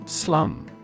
Slum